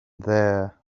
there